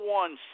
one